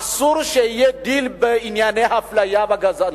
אסור שיהיה דיל בענייני אפליה וגזענות.